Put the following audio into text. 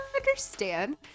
understand